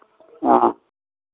हँ